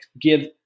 give